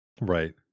Right